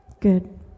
Good